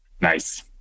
Nice